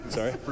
Sorry